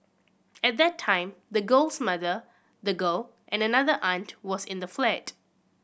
at that time the girl's mother the girl and another aunt was in the flat